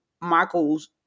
Michael's